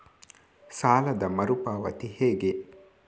ಸಾಲದ ಮರು ಪಾವತಿ ಹೇಗೆ?